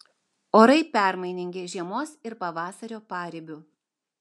orai permainingi žiemos ir pavasario paribiu